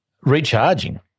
recharging